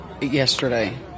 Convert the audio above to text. yesterday